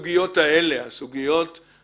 אז צריך לעשות הצבעה על המיזוג ואחר כך על העברה.